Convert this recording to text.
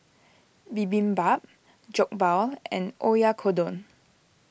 Bibimbap Jokbal and Oyakodon